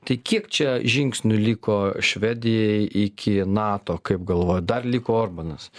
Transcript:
tai kiek čia žingsnių liko švedijai iki nato kaip galvojat dar liko orbanas